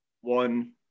one